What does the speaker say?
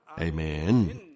Amen